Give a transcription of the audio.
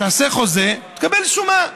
תעשה חוזה, תקבל שומה.